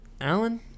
Alan